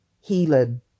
healing